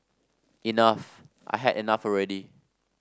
enough I had enough already